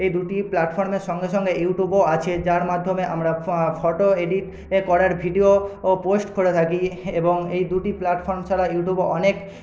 এই দুটি প্লাটফর্মে সঙ্গে সঙ্গে ইউটিউবও আছে যার মাধ্যমে আমরা ফ ফটো এডিট এ করার ভিডিও ও পোস্ট করে থাকি এবং এই দুটি প্ল্যাটফর্ম ছাড়া ইউটিউবে অনেক